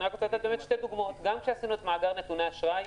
אני אתן שתי דוגמאות גם כעשינו את מאגר נתוני אשראי,